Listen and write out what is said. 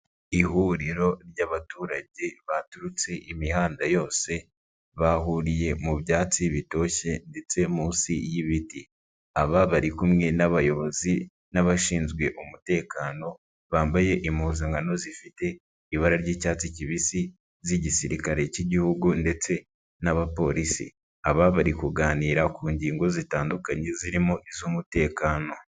Ihuriro ry'abaturage baturutse imihanda yose, bahuriye mu byatsi bitoshye ndetse munsi y'ibiti, aba bari kumwe n'abayobozi n'abashinzwe umutekano, bambaye impuzankano zifite ibara ry'icyatsi kibisi z'igisirikare cy'Igihugu ndetse n'abapolisi, aba bari kuganira ku ngingo zitandukanye zirimo iz'umutekano.